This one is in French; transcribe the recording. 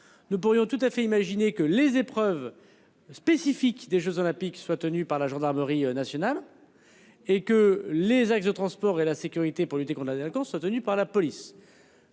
Nous pourrions tout à fait imaginer que les épreuves. Spécifiques des Jeux olympiques soient tenus par la gendarmerie nationale. Et que les axes de transports et la sécurité pour lutter con, la délinquance a tenu par la police.